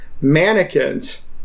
mannequins